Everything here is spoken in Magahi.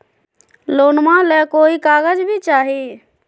लोनमा ले कोई कागज भी चाही?